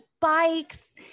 bikes